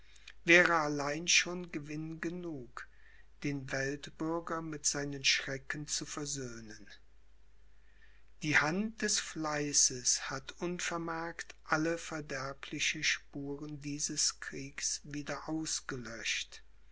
wäre allein schon gewinn genug den weltbürger mit seinen schrecken zu versöhnen die hand des fleißes hat unvermerkt alle verderbliche spuren dieses kriegs wieder ausgelöscht